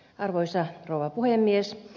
arvoisa rouva puhemies